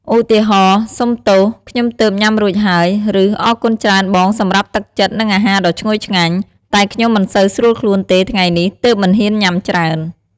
ឧទាហរណ៍ "សំទោស!ខ្ញុំទើបញ៉ាំរួចហើយ!" ឬ"អរគុណច្រើនបងសម្រាប់ទឹកចិត្ត និងអាហារដ៏ឈ្ងុយឆ្ងាញ់!" តែខ្ញុំមិនសូវស្រួលខ្លួនទេថ្ងៃនេះ ទើបមិនហ៊ានញ៉ាំច្រើន។